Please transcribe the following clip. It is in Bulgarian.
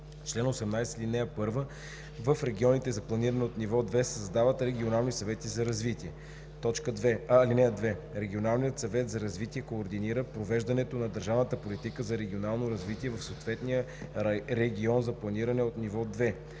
„Чл. 18. (1) В регионите за планиране от ниво 2 се създават регионални съвети за развитие. (2) Регионалният съвет за развитие координира провеждането на държавната политика за регионално развитие в съответния регион за планиране от ниво 2.